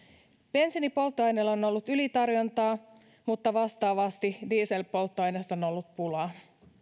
bensiinipolttoaineesta on ollut ylitarjontaa mutta vastaavasti dieselpolttoaineesta on on ollut pulaa